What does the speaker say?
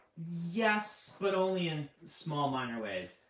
yes, but only in small, minor ways.